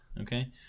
Okay